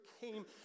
came